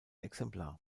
exemplar